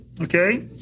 Okay